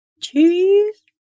Cheese